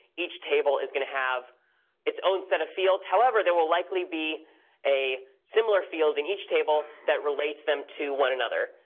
each table is going to have its own set of fields. however, there will likely be a similar field in each table, that relates them to one another.